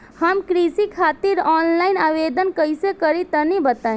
हम कृषि खातिर आनलाइन आवेदन कइसे करि तनि बताई?